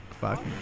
Fuck